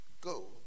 Go